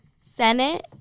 Senate